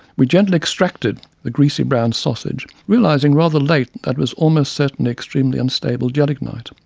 we gently extracted the greasy brown sausage, realizing rather late that it was almost certainly extremely unstable gelignite.